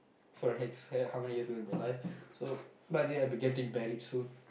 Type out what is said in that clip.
for the next h~ how many years of your life so I think I'll be getting married soon